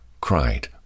cried